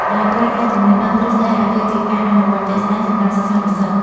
ដែលប្រែក្លាយចំណេះដឹងទ្រឹស្ដីឱ្យទៅជាការអនុវត្តជាក់ស្ដែងសម្រាប់សិស្សានុសិស្ស។